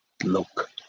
look